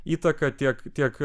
įtaką tiek tiek